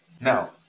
Now